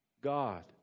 God